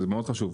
זה מאוד חשוב,